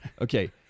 Okay